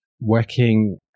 working